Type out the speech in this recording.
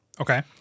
Okay